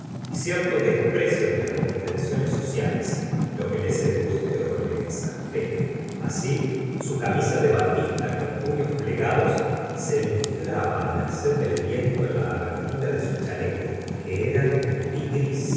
y cierto desprecio de las convenciones sociales lo que le seduce le exaspera así su camisa de batista con puños plegados se inflaba á merced del viento en la abertura de su chalecho que era de cutí gris